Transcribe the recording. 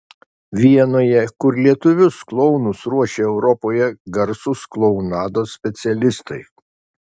vienoje kur lietuvius klounus ruošia europoje garsūs klounados specialistai